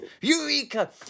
Eureka